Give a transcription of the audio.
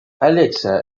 alexa